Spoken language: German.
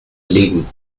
liegen